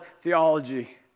theology